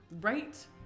right